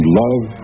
love